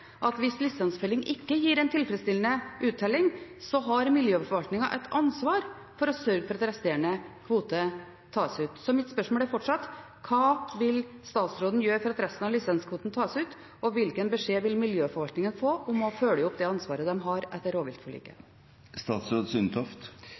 at hvis lisensfelling ikke gir en tilfredsstillende uttelling, har miljøforvaltningen et ansvar for å sørge for at resterende kvote tas ut. Så mitt spørsmål er fortsatt: Hva vil statsråden gjøre for at resten av lisenskvoten tas ut, og hvilken beskjed vil miljøforvaltningen få om å følge opp det ansvaret de har etter rovviltforliket?